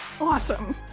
Awesome